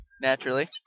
naturally